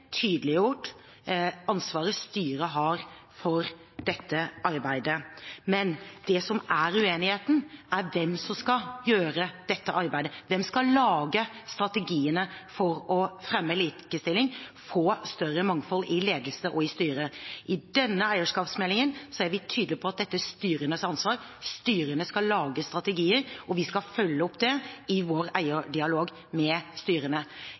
tydeliggjort ansvaret styret har for dette arbeidet. Men det som er uenigheten, er hvem som skal gjøre dette arbeidet – hvem skal lage strategiene for å fremme likestilling og få større mangfold i ledelse og i styre? I denne eierskapsmeldingen er vi tydelige på at dette er styrenes ansvar. Styrene skal lage strategier, og vi skal følge opp det i vår eierdialog med styrene.